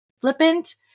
flippant